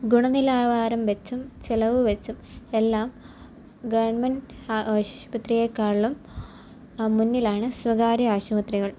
ഗുണനിലവാരം വെച്ചും ചിലവു വെച്ചും എല്ലാം ഗവൺമെൻറ്റ് ആശുപത്രിയേക്കാളിലും മുന്നിലാണ് സ്വകാര്യ ആശുപത്രികൾ